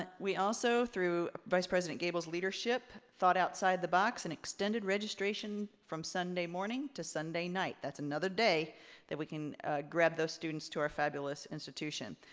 and we also, through vice president gabel's leadership, thought outside the box and extended registration from sunday morning to sunday night. that's another day that we can grab those students to our fabulous institution.